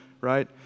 right